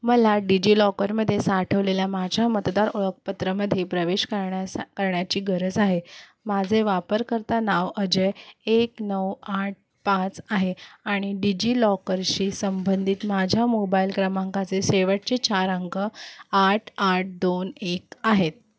मला डिजिलॉकरमध्ये साठवलेल्या माझ्या मतदार ओळखपत्रामध्ये प्रवेश करण्यासा करण्याची गरज आहे माझे वापरकर्ता नाव अजय एक नऊ आठ पाच आहे आणि डिजिलॉकरशी संबंधित माझ्या मोबाईल क्रमांकाचे शेवटचे चार अंक आठ आठ दोन एक आहेत